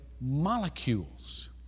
molecules